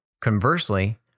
Conversely